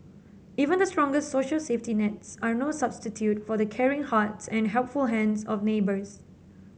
even the strongest social safety nets are no substitute for the caring hearts and helpful hands of neighbours